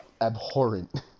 abhorrent